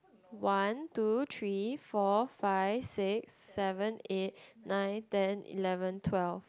one two three four five six seven eight nine ten eleven twelve